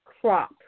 crop